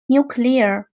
nuclear